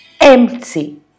Empty